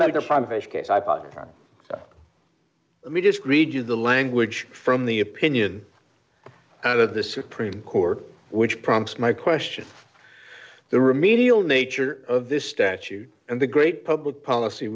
medicare let me just read you the language from the opinion of the supreme court which prompts my question the remedial nature of this statute and the great public policy